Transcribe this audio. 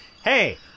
Hey